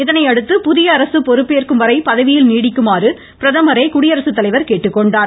இதனையடுத்து புதிய அரசு பொறுப்பேற்கும் வரை பதவியில் நீடிக்குமாறு பிரதமரை குடியரசுத்தலைவர் கேட்டுக்கொண்டார்